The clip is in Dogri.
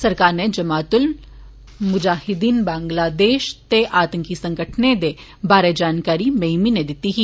सरकार नै जमात उल मुजाहिद्दीन बंगलादेष ते आतंकी संगठनें दे बारे जानकारी मई म्हीनें दित्ती ही